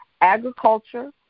agriculture